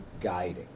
guiding